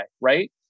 Right